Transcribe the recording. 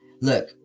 look